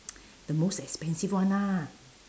the most expensive one lah